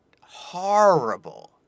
horrible